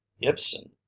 Ibsen